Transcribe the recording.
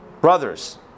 brothers